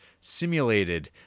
simulated